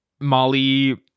Molly